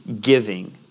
giving